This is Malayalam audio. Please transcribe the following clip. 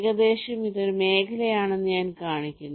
ഏകദേശം ഇത് ഒരു മേഖലയാണെന്ന് ഞാൻ കാണിക്കുന്നു